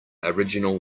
original